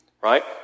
Right